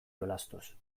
jolastuz